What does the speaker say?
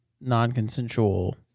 non-consensual